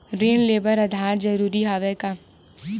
ऋण ले बर आधार जरूरी हवय का?